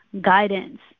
guidance